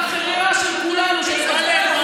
ציבורית,